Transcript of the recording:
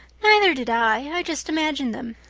neither did i. i just imagined them.